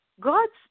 God's